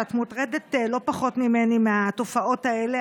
שאת מוטרדת לא פחות ממני מהתופעות האלה,